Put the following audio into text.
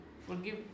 forgive